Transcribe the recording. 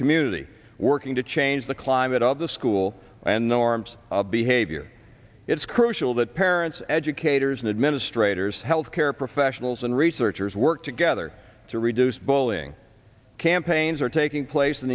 community working to change the climate of the school and norms of behavior it's crucial that parents educators and administrators health care professionals and researchers work together to reduce bullying campaigns are taking place in